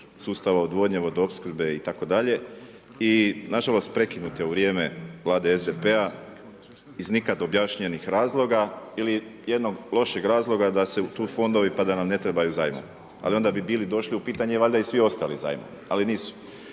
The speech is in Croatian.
sustava odvodnje, vodoopskrbe itd. I nažalost, prekinut je u vrijeme vlade SDP-a iz nikada objašnjenih razloga, ili jednog lošeg razloga, da su tu fondovi, pa da nam ne trebaju zajmovi, ali onda bi bili došli u pitanje valjda i svi ostali zajmovi, ali nisu.